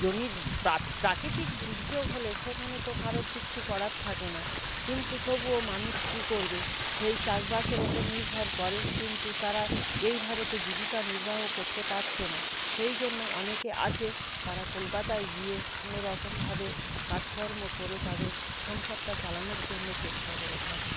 জমি প্রাকৃতিক দুর্যোগ হলে সেখানে তো কারোর কিচ্ছু করার থাকে না কিন্তু তবুও মানুষ কী করবে সেই চাষবাসের ওপর নির্ভর করে কিন্তু তারা এইভাবে তো জীবিকা নির্বাহ করতে পারছে না সেই জন্য অনেকে আছে তারা কলকাতায় গিয়ে কোনো রকমভাবে কাজকর্ম করে তাদের সংসারটা চালানোর জন্য চেষ্টা করে থাকে